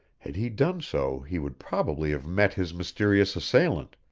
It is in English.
had he done so he would probably have met his mysterious assailant,